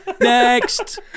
Next